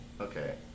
okay